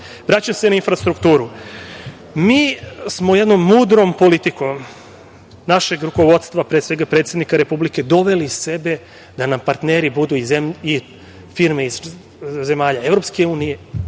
se na infrastrukturu. Mi smo jednom mudrom politikom našeg rukovodstva, pre svega predsednika republike doveli sebe da nam partneri budu firme iz zemalja EU, Amerike,